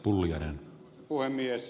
arvoisa puhemies